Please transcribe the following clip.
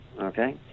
okay